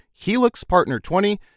HELIXPARTNER20